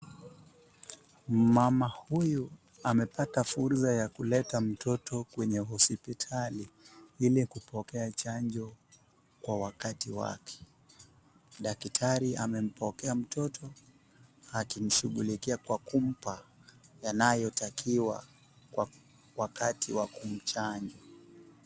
Mama huyu amepata fursa ya kuleta mtoto kwenye hospitali ili kupokea chanjo kwa wakati wake. Daktari amempokea mtoto akimshughulikia kwa kumpa yanayotakiwa kwa wakati wa kumchanja.